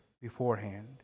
beforehand